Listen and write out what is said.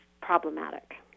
problematic